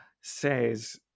says